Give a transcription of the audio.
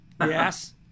Yes